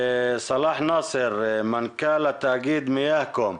סלאח נאסר, מנכ"ל תאגיד מיאהקום.